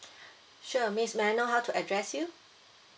sure miss may I know how to address you